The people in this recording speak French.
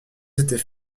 s’était